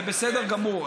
זה בסדר גמור.